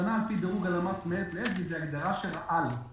שמשתנה לפי דירוג הלמ"ס מעת לעת וזאת הגדרה של על.